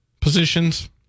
positions